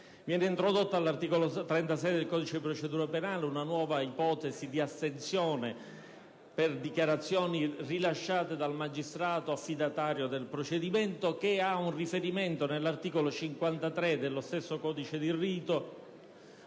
Viene introdotta all'articolo 36 del codice di procedura penale una nuova ipotesi di astensione per dichiarazioni rilasciate dal magistrato affidatario del procedimento, che ha un riferimento nell'articolo 53 dello stesso codice di rito,